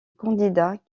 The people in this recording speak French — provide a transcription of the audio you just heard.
candidat